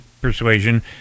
persuasion